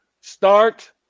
start